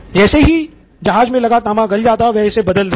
जैसे ही जहाज मे लगा तांबा गल जाता वे इसे बदल देते